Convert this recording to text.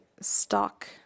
stock